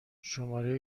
شماره